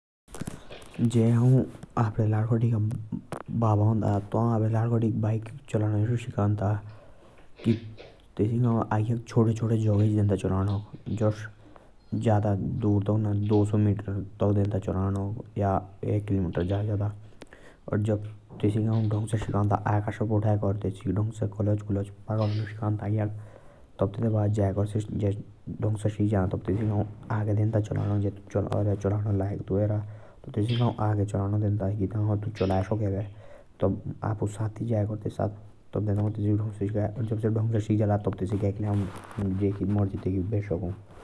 जा हौ विदेश मुँजे कोकी हर्चे जला। तो हौ विदेश के पुलीस थाने पुंद जांडा। तब औ तिनुक बोल्डा कि औ असा असा आ। मुके अटका जानो।